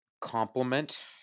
complement